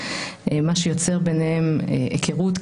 מה שיוצר ביניהם היכרות,